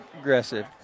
aggressive